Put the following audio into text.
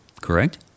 correct